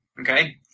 Okay